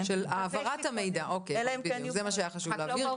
זה מה שהיה חשוב להבהיר.